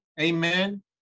amen